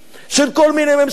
של כל מיני ממשלות.